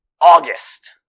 August